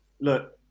Look